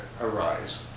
arise